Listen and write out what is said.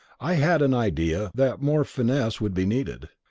i had an idea that more finesse would be needed.